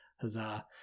huzzah